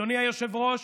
אדוני היושב-ראש,